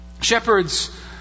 Shepherds